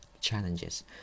challenges